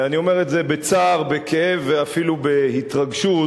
אני אומר את זה בצער, בכאב ואפילו בהתרגשות,